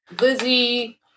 Lizzie